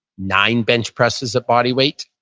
nine bench presses at body weight,